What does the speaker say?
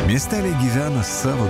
miesteliai gyvena savo